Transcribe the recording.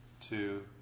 two